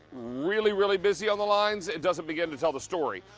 really, really busy on the lines doesn't begin to tell the story.